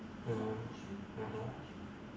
mm mmhmm